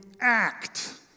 act